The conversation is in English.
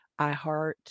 iHeart